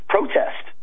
Protest